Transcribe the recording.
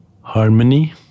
harmony